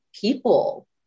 people